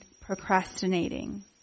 procrastinating